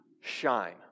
shine